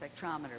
spectrometer